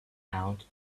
out